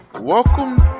welcome